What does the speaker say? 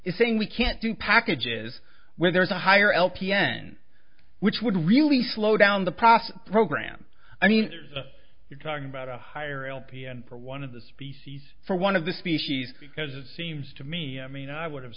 is saying we can't do packages where there is a higher lpn which would really slow down the process program i mean you're talking about a higher lpn for one of the species for one of the species because it seems to me i mean i would have